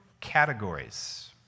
categories